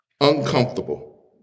Uncomfortable